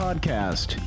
Podcast